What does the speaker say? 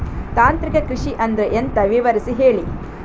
ತಾಂತ್ರಿಕ ಕೃಷಿ ಅಂದ್ರೆ ಎಂತ ವಿವರಿಸಿ ಹೇಳಿ